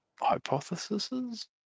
hypotheses